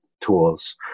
tools